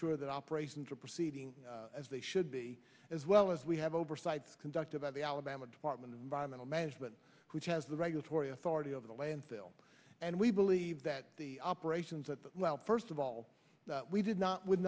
sure that operations are proceeding as they should be as well as we have oversight conducted by the alabama department of environmental management which has the regulatory authority over the landfill and we believe that the operations that well first of all we did not would